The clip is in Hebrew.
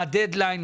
מה הדד ליין?